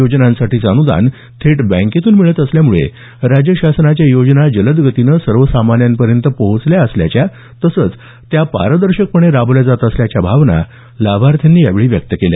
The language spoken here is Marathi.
योजनांसाठीचं अनुदान थेट बँकेतून मिळत असल्यामुळे राज्य शासनाच्या योजना जलदगतीनं सर्वसामान्यांपर्यंत पोचल्या असल्याच्या तसंच त्या पारदर्शकपणे राबवल्या जात असल्याच्या भावना लाभार्थ्यांनी यावेळी व्यक्त केल्या